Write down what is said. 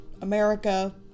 America